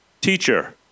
Teacher